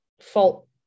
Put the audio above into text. fault